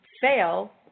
fail